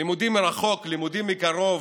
לימודים מרחוק, לימודים מקרוב,